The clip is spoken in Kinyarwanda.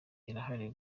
irahari